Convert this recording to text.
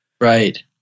Right